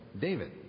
David